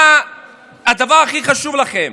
מה הדבר הכי חשוב לכם?